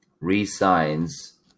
resigns